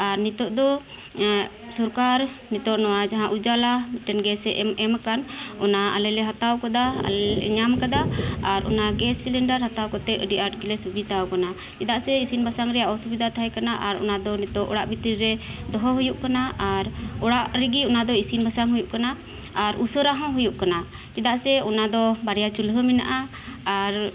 ᱟᱨ ᱱᱤᱛᱚᱜ ᱫᱚ ᱥᱚᱨᱠᱟᱨ ᱱᱤᱛᱚᱜ ᱡᱟᱦᱟᱸ ᱩᱡᱚᱞᱟ ᱢᱤᱫᱴᱮᱱ ᱜᱮᱥᱮ ᱮᱢ ᱮᱢ ᱟᱠᱟᱱ ᱚᱱᱟ ᱟᱞᱮ ᱞᱮ ᱦᱟᱛᱟᱣ ᱟᱠᱟᱫᱟ ᱟᱞᱮ ᱧᱟᱢ ᱟᱠᱟᱫᱟ ᱟᱨ ᱚᱱᱟ ᱜᱮᱥ ᱥᱤᱞᱤᱱᱰᱟᱨ ᱦᱟᱛᱟᱣ ᱠᱟᱛᱮ ᱟᱹᱰᱤ ᱟᱴ ᱜᱮᱞᱮ ᱥᱩᱵᱤᱫᱟ ᱟᱠᱟᱱᱟ ᱪᱮᱫᱟᱜ ᱥᱮ ᱤᱥᱤᱱ ᱵᱟᱥᱟᱝ ᱨᱮᱭᱟᱜ ᱚᱥᱩᱵᱤᱫᱟ ᱛᱟᱦᱮᱸ ᱠᱟᱱᱟ ᱚᱱᱟ ᱫᱚ ᱱᱤᱛᱚᱜ ᱚᱲᱟᱜ ᱵᱷᱤᱛᱤ ᱨᱮ ᱫᱚᱦᱚ ᱦᱩᱭᱩᱜ ᱠᱟᱱᱟ ᱟᱨ ᱚᱲᱟᱜ ᱨᱮᱜᱮ ᱚᱱᱟ ᱫᱚ ᱤᱥᱤᱱ ᱵᱟᱥᱟᱝ ᱦᱩᱭᱩᱜ ᱠᱟᱱᱟ ᱟᱨ ᱩᱥᱟᱹᱨᱟ ᱦᱚᱸ ᱦᱩᱭᱩᱜ ᱠᱟᱱᱟ ᱪᱮᱫᱟᱜ ᱥᱮ ᱚᱱᱟ ᱫᱚ ᱵᱟᱨᱭᱟ ᱪᱩᱞᱦᱟᱹ ᱢᱮᱱᱟᱜᱼᱟ ᱟᱨ